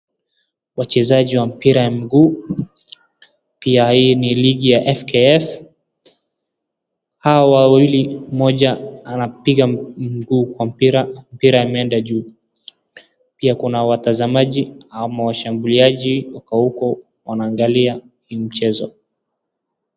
Wachezaji wa mpira ya mguu. Pia hii ni ligi ya FKF. Hawa wawili, mmoja anapiga mguu kwa mpira. Mpira ameenda juu. Pia kuna watazamaji ama washambuliaji wako huko wanaangalia hii mchezo.